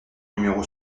numéro